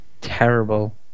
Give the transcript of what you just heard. Terrible